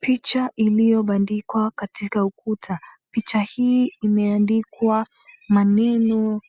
Picha iliyobandikwa katika ukuta. Picha hii imeandikwa maneno